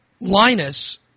Linus